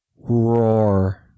Roar